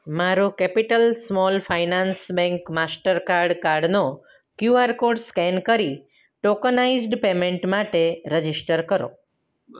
મારો Capital Small Finance Bank master card કાડનો QR code scan કરી ટોકનાઈઝ્ડ પેમેન્ટ માટે રજિસ્ટર કરો